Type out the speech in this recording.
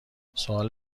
سوال